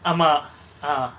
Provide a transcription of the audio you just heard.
ஆமா:aama ah